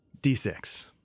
d6